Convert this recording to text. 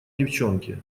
девчонки